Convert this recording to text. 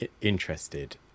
interested